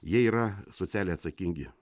jie yra socialiai atsakingi